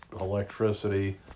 electricity